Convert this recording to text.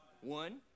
One